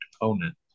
opponent